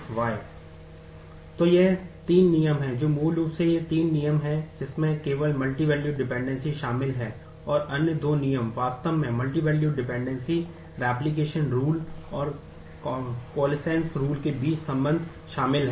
तो ये ये 3 नियम हैं जो मूल रूप से ये तीन नियम हैं जिसमें केवल मल्टीवैल्यूड डिपेंडेंसीस के बीच हैं